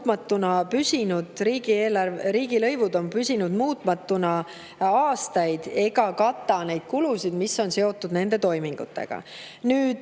kulud. Nii ei ole. Riigilõivud on püsinud muutumatuna aastaid ega kata neid kulusid, mis on seotud nende toimingutega. Nüüd,